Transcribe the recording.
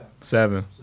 Seven